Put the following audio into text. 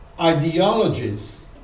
ideologies